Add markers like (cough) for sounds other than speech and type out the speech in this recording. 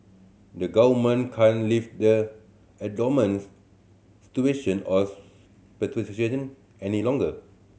the government can't leave the abnormal situation of (unintelligible) any longer